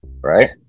right